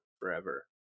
forever